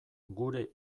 gure